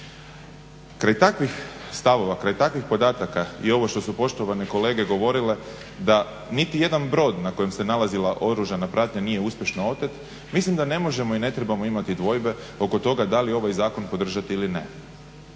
Kraj takvih stavova, kraj takvih podataka i ovo što su poštovane kolege govorile da niti jedan brod na kojem se nalazila oružana pratnja nije uspješno otet mislim da ne možemo i ne trebamo imati dvojbe oko toga da li ovaj zakon podržati ili ne.